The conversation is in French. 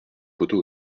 photos